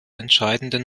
entscheidenden